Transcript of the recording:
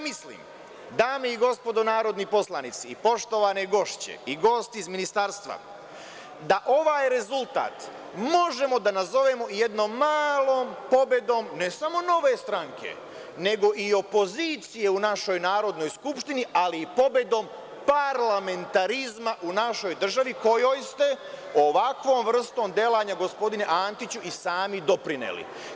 Mislim dame i gospodo narodni poslanici, poštovani gosti iz ministarstva da ovaj rezultat možemo da nazovemo i jednom malom pobedom ne samo Nove stranke nego i opozicije u našoj Narodnoj skupštini, ali i pobedom parlamentarizma u našoj državi kojom ste ovakvom vrstom delanja gospodine Antiću i sami doprineli.